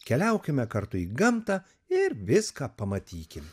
keliaukime kartu į gamtą ir viską pamatykim